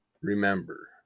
Remember